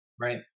Right